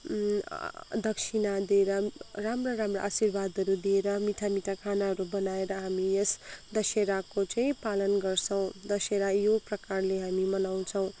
दक्षिणा दिएर राम्रा राम्रा आशीर्वादहरू दिएर मिठा मिठा खानाहरू बनाएर हामी यस दसेराको चाहिँ पालन गर्छौँ दसेरा यो प्रकारले हामी मनाउछौँ